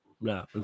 No